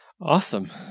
Awesome